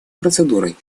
процедурой